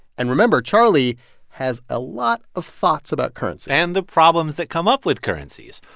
and remember, charlie has a lot of thoughts about currency. and the problems that come up with currencies.